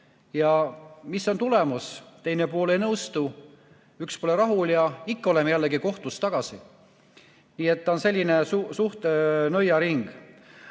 Ja mis on tulemus? Teine pool ei nõustu, üks pole rahul ja ikka oleme jällegi kohtus tagasi. Nii et ta on selline suht nõiaring.